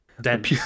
Dead